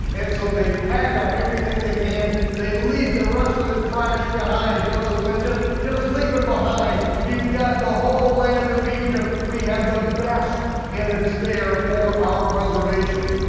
and so they pack up everything they can, they leave the rest of their trash behind, joseph said just just leave it behind, you've got the whole land of egypt, we have the best and it's there for our preservation.